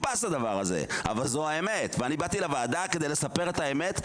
אתה יכול להגיד לנו כמה דימותנים